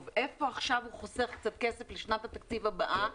איפה עכשיו הוא חוסך קצת כסף לשנת התקציב הבאה,